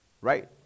right